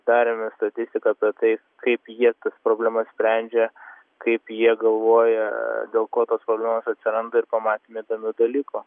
darėme statistiką apie tai kaip jie tas problemas sprendžia kaip jie galvoja dėl ko tos problemos atsiranda ir pamatėme tame dalyko